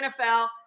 NFL